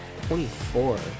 24